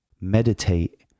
Meditate